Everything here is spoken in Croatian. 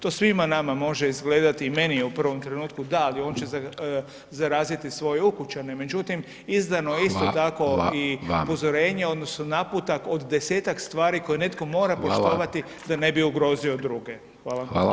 To svima nama može izgledati i meni je u prvom trenutku da, ali on će zaraziti svoje ukućane međutim izdano je isto tako i upozorenje [[Upadica: Hvala vam.]] odnosno naputak od 10-tak stvari koje netko mora poštovati da ne bi ugrozio druge.